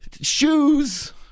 shoes